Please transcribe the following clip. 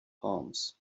palms